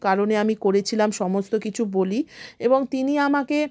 কারণে আমি করেছিলাম সমস্ত কিছু বলি এবং তিনি আমাকে